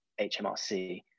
HMRC